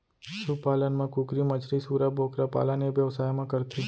सु पालन म कुकरी, मछरी, सूरा, बोकरा पालन ए बेवसाय म करथे